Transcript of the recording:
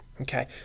okay